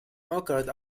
occurred